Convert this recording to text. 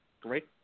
great